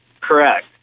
Correct